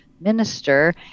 minister